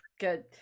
Good